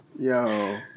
Yo